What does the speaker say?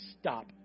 stop